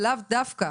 ולאו דווקא